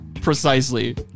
precisely